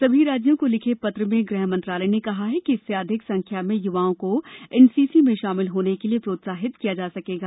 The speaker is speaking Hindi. सभी राज्यों को लिखे पत्र में गृह मंत्रालय ने कहा है कि इससे अधिक संख्या में युवाओं को एनसीसी में शामिल होने के लिए प्रोत्साहित किया जा सकेगा